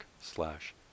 slash